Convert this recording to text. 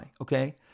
okay